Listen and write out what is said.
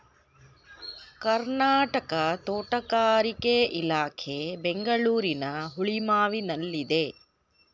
ಕರ್ನಾಟಕ ತೋಟಗಾರಿಕೆ ಇಲಾಖೆ ಬೆಂಗಳೂರಿನ ಹುಳಿಮಾವಿನಲ್ಲಿದೆ